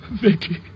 Vicky